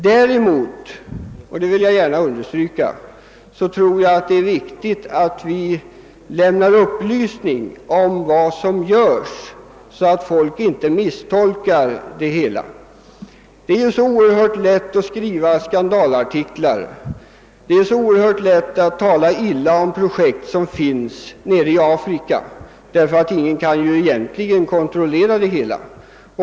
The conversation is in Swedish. Däremot — och det vill jag gärna understryka — tror jag att det är viktigt att vi upplyser om vad som görs så att folk inte misstolkar. Det är ju så oerhört lätt att skriva skandalartiklar och så oerhört lätt att tala illa om projekt nere i Afrika eftersom få kan kontrollera påståendena.